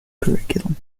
curriculum